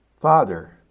Father